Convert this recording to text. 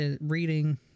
reading